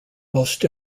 most